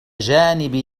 جانب